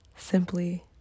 simply